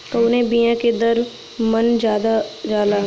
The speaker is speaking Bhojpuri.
कवने बिया के दर मन ज्यादा जाला?